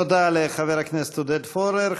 תודה לחבר הכנסת עודד פורר.